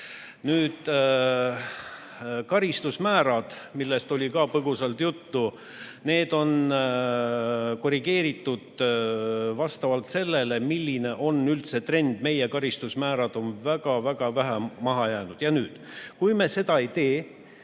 Karistusmäärad, millest oli ka põgusalt juttu, on korrigeeritud vastavalt sellele, milline on üldine trend. Meie karistusmäärad on väga-väga maha jäänud. Kui me seda ei tee,